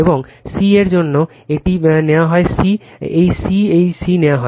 এবং c এর জন্য এটি নেওয়া হয় c এই c এটি c নেওয়া হয়